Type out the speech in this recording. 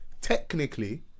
technically